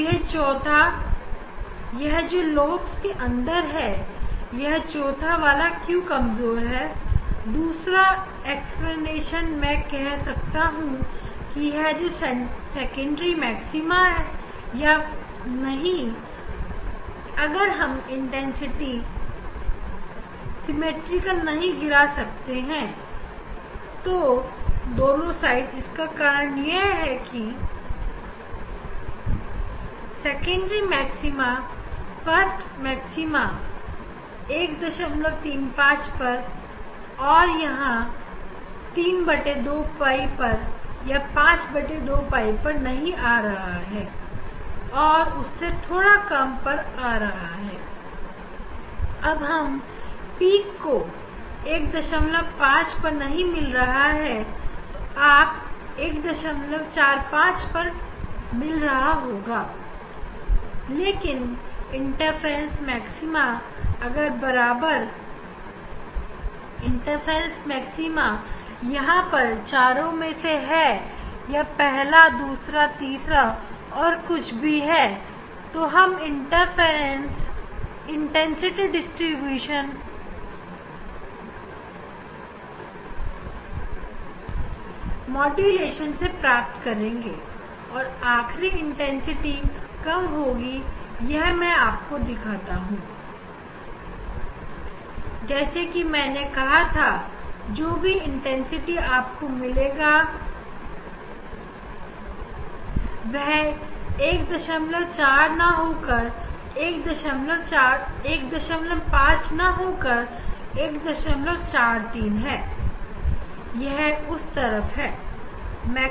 और यह चौथा यह जो lobes के अंदर है यह चौथा वाला क्यों कमजोर है दूसरा एक्सप्लेनेशन मैं कह सकता हूं कि यह जो सेकेंडरी मैक्सिमा या नहीं अगर हम तीव्रता सिमिट्रिकली नहीं गिरा सकते हैं दोनों साइड इसका कारण यह है कि secondary maxima secondary first maxima 135 पर यहां 32 pi या52 pi पर नहीं आ रहा है या उससे थोड़ा कम पर आ रहा है और यह पिक आपको 15 पर नहीं मिल रहा है यह आपको 145 मिल रहा है ओके लेकिन इंटरफ्रेंस मैक्सिमा अगर बराबर इंटरफ्रेंस मैक्सिमा यहां पर चारों में से है या पहला दूसरा तीसरा और और कुछ भी हम तीव्रता डिप्रेशन मॉडुलन ने प्राप्त करेंगे और आखरी तीव्रता कम होगी यह मैं आपको दिखाता हूं जैसा कि मैंने कहा है जो भी इंटरफ्रेंस आपको मिलेगा जैसा कि आप देख सकते हैं मैक्सिमा बिल्कुल 15 नहीं है बल्कि 143 है यह उस तरफ है